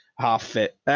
half-fit